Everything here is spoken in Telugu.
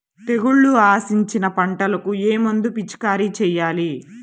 తెగుళ్లు ఆశించిన పంటలకు ఏ మందు పిచికారీ చేయాలి?